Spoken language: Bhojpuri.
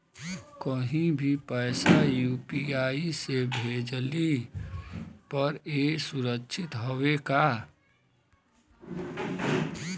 कहि भी पैसा यू.पी.आई से भेजली पर ए सुरक्षित हवे का?